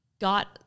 got